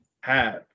have-